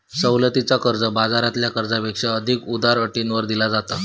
सवलतीचा कर्ज, बाजारातल्या कर्जापेक्षा अधिक उदार अटींवर दिला जाता